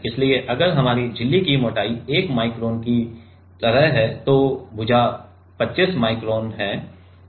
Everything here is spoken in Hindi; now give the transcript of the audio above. इसलिए अगर हमारी झिल्ली की मोटाई 1 माइक्रोन की तरह है तो भुजा 25 माइक्रोन है